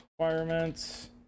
requirements